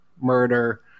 murder